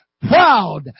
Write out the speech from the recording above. proud